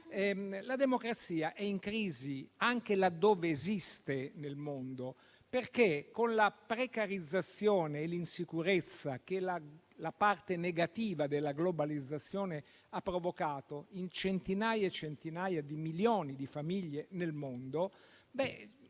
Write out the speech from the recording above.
La democrazia è in crisi, anche laddove esiste nel mondo. Con la precarizzazione e l'insicurezza che la parte negativa della globalizzazione ha provocato in centinaia e centinaia di milioni di famiglie nel mondo,